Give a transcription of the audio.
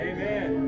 Amen